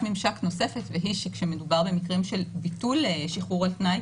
ממשק נוספת והיא שכשמדובר במקרים של ביטול שחרור על תנאי